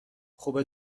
خوبه